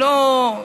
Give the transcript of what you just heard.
אני לא,